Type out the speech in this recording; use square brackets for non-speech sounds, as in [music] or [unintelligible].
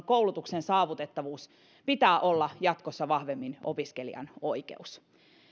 [unintelligible] koulutuksen saavutettavuuden pitää olla jatkossa vahvemmin opiskelijan oikeus